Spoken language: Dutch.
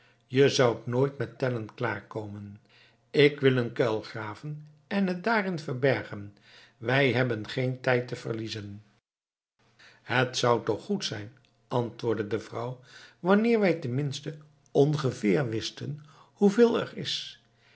je zoudt nooit met tellen klaar komen ik wil een kuil graven en het daarin verbergen wij hebben geen tijd te verliezen het zou toch goed zijn antwoordde de vrouw wanneer wij tenminste ongeveer wisten hoeveel er is